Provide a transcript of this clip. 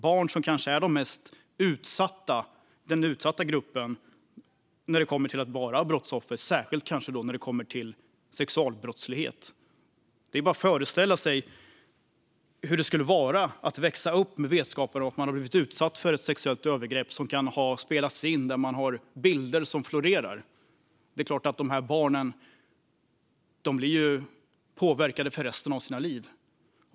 Barn är kanske den mest utsatta gruppen av brottsoffer och kanske särskilt när det kommer till sexualbrottslighet. Det är bara att föreställa sig hur det skulle vara att växa upp med vetskapen om att man blivit utsatt för ett sexuellt övergrepp som kan ha spelats in och att det kan finnas bilder som florerar. Det är klart att de här barnen blir påverkade för resten av sina liv.